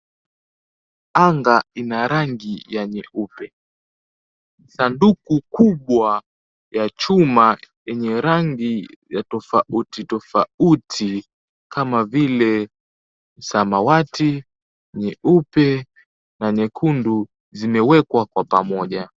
Anga ina rangi ya nyeupe. Sanduku kubwa ya chuma yenye rangi ya tofauti tofauti kama vile samawati, nyeupe na nyekundu zimewekwa kwa pamoja.